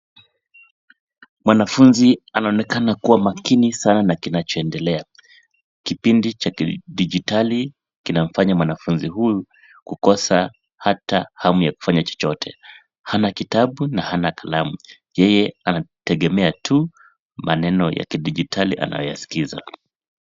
Mwanafunzi anaonekana kuwa makini sana na kinachoendelea. Kipindi cha kidigitali kinafanya mwanafunzi huyu kukosa hata hamu ya kufanya chochote, hana kitabu na hana kalamu. Yeye anategemea tu maneno ya kidigitali anayoyaskiza.